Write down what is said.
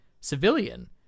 civilian